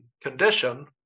condition